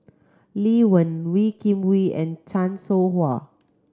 Lee Wen Wee Kim Wee and Chan Soh Ha